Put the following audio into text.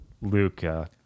Luca